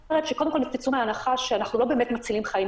אומרת שקודם כול תצאו מהנחה שאנחנו לא באמת מצילים חיים.